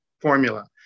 formula